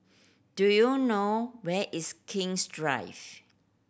do you know where is King's Drive